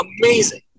Amazing